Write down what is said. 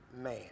man